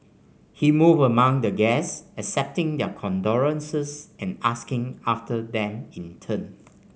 he moved among the guests accepting their condolences and asking after them in turn